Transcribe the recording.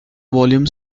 volume